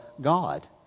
God